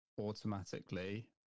automatically